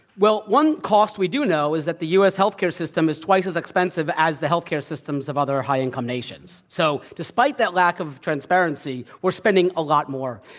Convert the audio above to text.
well, one cost we do know is that the u. s. healthcare system is twice as expensive as the healthcare systems of other high-income nations. so, despite that lack of transparency, we're spending a lot more.